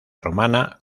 romana